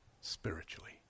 spiritually